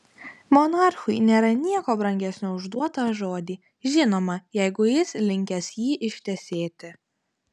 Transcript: monarchui nėra nieko brangesnio už duotą žodį žinoma jeigu jis linkęs jį ištesėti